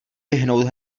vyhnout